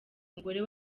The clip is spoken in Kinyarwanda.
umugore